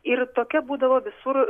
ir tokia būdavo visur